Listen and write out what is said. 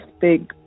Big